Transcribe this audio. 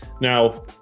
Now